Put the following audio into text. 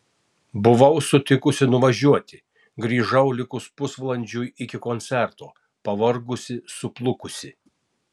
buvau sutikusi nuvažiuoti grįžau likus pusvalandžiui iki koncerto pavargusi suplukusi